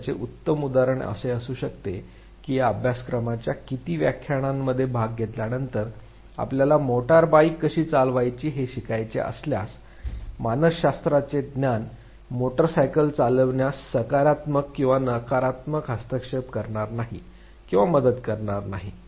आणि याचे उत्तम उदाहरण असे असू शकते की या अभ्यासक्रमाच्या किती व्याख्यानांमध्ये भाग घेतल्यानंतर आपल्याला मोटार बाईक कशी चालवायची हे शिकायचे असल्यास मानसशास्त्राचे ज्ञान मोटरसायकल चालविण्यास सकारात्मक किंवा नकारात्मक हस्तक्षेप करणार नाही किंवा मदत करणार नाही